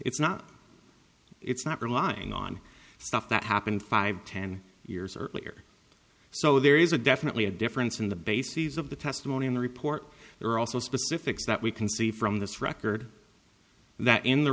it's not it's not relying on stuff that happened five ten years earlier so there is a definitely a difference in the bases of the testimony in the report there are also specifics that we can see from this record that in the